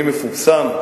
הצעות.